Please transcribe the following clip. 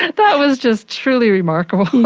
that was just truly remarkable.